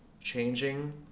changing